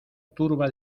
turba